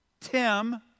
Tim